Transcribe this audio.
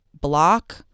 block